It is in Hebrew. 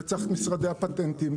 את משרדי הפטנטים,